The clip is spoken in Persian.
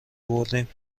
بردیم